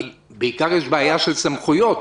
בעיקר יש בעיה של סמכויות,